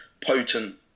potent